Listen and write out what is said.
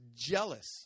jealous